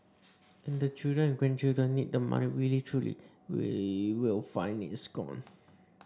and the children and grandchildren need the money really truly they will find it's gone